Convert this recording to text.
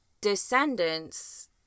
descendants